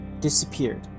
disappeared